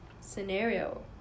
scenario